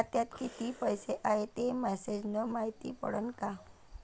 खात्यात किती पैसा हाय ते मेसेज न मायती पडन का?